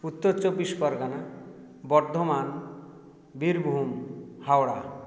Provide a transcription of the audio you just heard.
Uttar Chabbish Pargana Bardhaman Birbhum Howrah